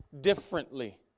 differently